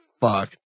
fuck